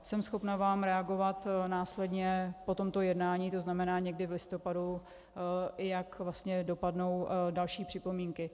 Jsem schopna vám reagovat následně po tomto jednání, tzn. někdy v listopadu, jak vlastně dopadnou další připomínky.